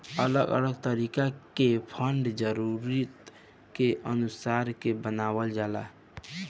अलग अलग तरीका के फंड जरूरत के अनुसार से बनावल जाला